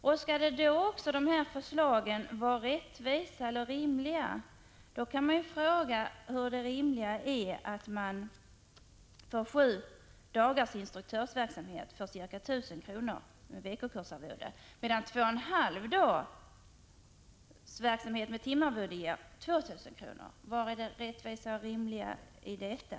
Man kan också fråga sig hur rimligt det är att man för sju dagars instruktörsverksamhet får ca 1 000 kr. i veckokursarvode, medan man för två och en halv dags verksamhet med timarvode får 2 000 kr. Vari ligger det rättvisa i detta?